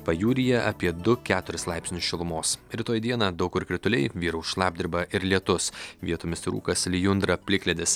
pajūryje apie du keturis laipsnius šilumos rytoj dieną daug kur krituliai vyraus šlapdriba ir lietus vietomis rūkas lijundra plikledis